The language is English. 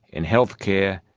in healthcare,